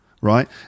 right